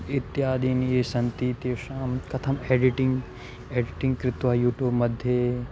इत्यादिनि ये सन्ति तेषां कथम् एडिटिङ्ग् एडिटिन्ङ्ग् कृत्वा युट्यूब्मध्ये